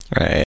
Right